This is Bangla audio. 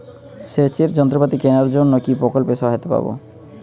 সেচের যন্ত্রপাতি কেনার জন্য কি প্রকল্পে সহায়তা পাব?